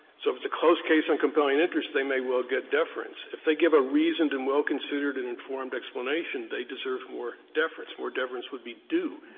so if it's a close case on compelling interest, they may well get deference. if they give a reasoned and well-considered and informed explanation, they deserve more deference. more deference would be due.